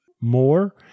more